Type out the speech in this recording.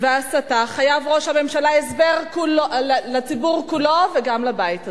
וההסתה חייב ראש הממשלה הסבר לציבור כולו וגם לבית הזה.